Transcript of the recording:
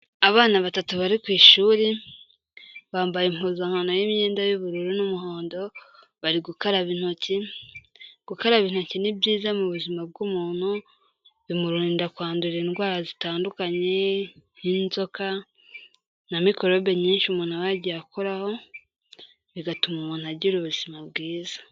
Abana batatu bari ku ishuri bambaye impuzankano n'imyenda y'ubururu n'umuhondo, bari gukaraba intoki, gukaraba intoki ni byiza mu buzima bw'umuntu bimururinda kwandura indwara zitandukanye nk'inzoka na mikorobe nyinshi umuntu aba yagiye akoraho, bigatuma umuntu agira ubuzima bwiza.